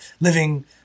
living